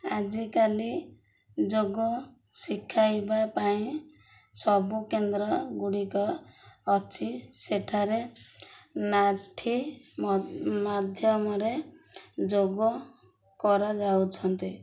ଆଜିକାଲି ଯୋଗ ଶିଖାଇବା ପାଇଁ ସବୁ କେନ୍ଦ୍ରଗୁଡ଼ିକ ଅଛି ସେଠାରେ ନାଠି ମାଧ୍ୟମରେ ଯୋଗ କରାଯାଉଛନ୍ତି